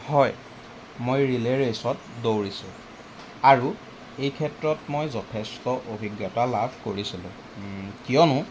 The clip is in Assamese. হয় মই ৰিলে ৰেইচত দৌৰিছোঁ আৰু এই ক্ষেত্ৰত মই যথেষ্ট অভিজ্ঞতা লাভ কৰিছিলোঁ কিয়নো